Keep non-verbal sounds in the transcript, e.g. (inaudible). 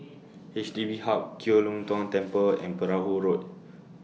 H D B Hub Kiew Lee Tong (noise) Temple and Perahu Road